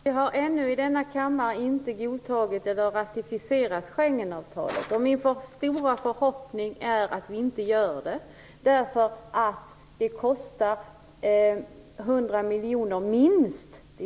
Herr talman! Vi har ännu inte i denna kammare godtagit eller ratificerat Schengenavtalet. Min stora förhoppning är att vi inte heller gör det. Det kostar nämligen minst 100 miljoner kronor -